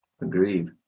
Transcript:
Agreed